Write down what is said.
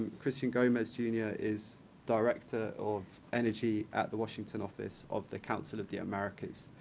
christian gomez, jr. is director of energy at the washington office of the council of the americas.